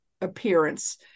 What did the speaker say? appearance